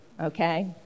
Okay